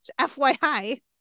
FYI